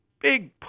big